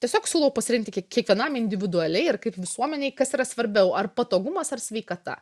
tiesiog siūlau pasirengti kiekvienam individualiai ir kaip visuomenei kas yra svarbiau ar patogumas ar sveikata